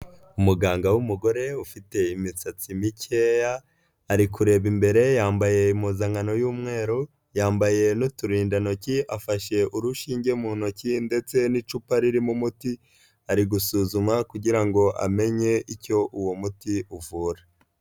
Umuganga w'umugore ufite imisatsi mikeya ari kureba imbere yambaye impuzankano y'umweru yambaye n'uturindantoki afashe urushinge mu ntoki ndetse n'icupa ririmo umuti ari gusuzuma kugira ngo amenye icyo uwo muti uvura.